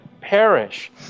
perish